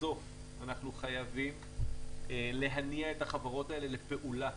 בסוף אנחנו חייבים להניע את החברות האלה לפעולה,